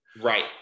Right